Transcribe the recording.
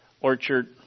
Orchard